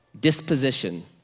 disposition